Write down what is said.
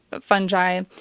fungi